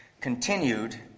continued